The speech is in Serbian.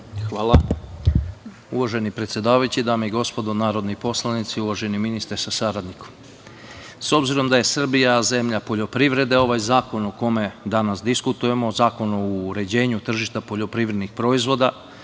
Hvala. Uvaženi predsedavajući, dame i gospodo narodni poslanici, uvaženi ministre sa saradnikom, s obzirom da je Srbija zemlja poljoprivrede ovaj zakon o kome danas diskutujemo, Zakon o uređenju tržišta poljoprivrednih proizvoda